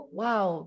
wow